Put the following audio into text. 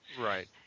Right